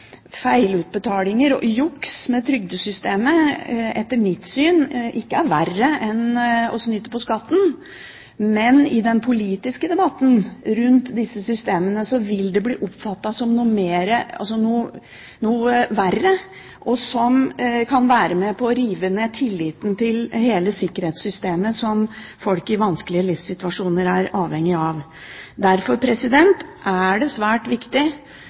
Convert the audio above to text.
etter mitt syn ikke verre enn å snyte på skatten, men i den politiske debatten rundt disse systemene vil det bli oppfattet som noe verre og som noe som kan være med på å rive ned tilliten til hele sikkerhetssystemet som folk i vanskelige livssituasjoner er avhengige av. Derfor er det svært viktig